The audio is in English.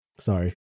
Sorry